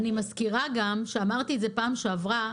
אני מזכירה גם שאמרתי את זה בפעם שעברה.